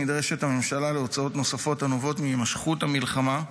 נדרשת הממשלה להוצאות נוספות הנובעות מהימשכות המלחמה,